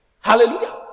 Hallelujah